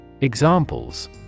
Examples